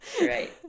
Right